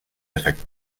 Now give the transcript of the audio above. effekt